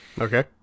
okay